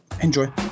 Enjoy